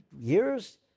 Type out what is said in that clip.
years